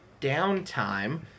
downtime